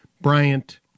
Bryant